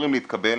אמורים להתקבל